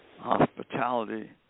hospitality